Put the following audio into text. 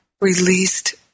released